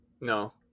No